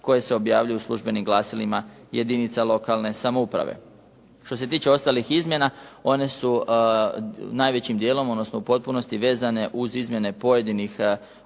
koje se objavljuju u službenim glasilima jedinica lokalne samouprave. Što se tiče ostalih izmjena one su najvećim djelom odnosno u potpunosti vezane uz izmjene pojedinih